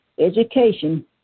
Education